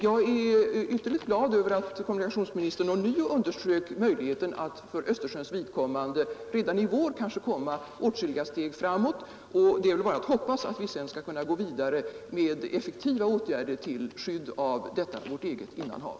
Jag är ytterligt glad över att kommunikationsministern ånyo underströk möjligheten att för Östersjöns del redan i vår kanske komma åtskilliga steg framåt, och det är väl bara att hoppas att vi sedan skall kunna gå vidare med effektiva åtgärder till skydd av detta vårt eget innanhav.